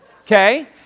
okay